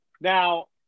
now